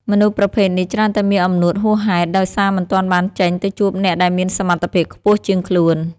មនុស្សប្រភេទនេះច្រើនតែមានអំនួតហួសហេតុ ដោយសារមិនទាន់បានចេញទៅជួបអ្នកដែលមានសមត្ថភាពខ្ពស់ជាងខ្លួន។